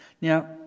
Now